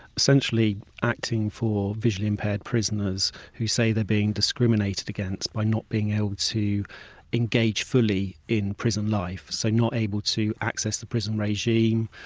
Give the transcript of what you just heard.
essentially acting for visually impaired prisoners who say they're being discriminated against by not being able to engage fully in prison life. so not able to access the prison regime,